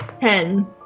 Ten